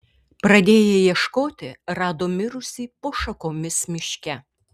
pradėję ieškoti rado mirusį po šakomis miške